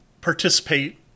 participate